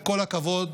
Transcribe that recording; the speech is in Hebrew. כל הכבוד.